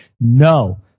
No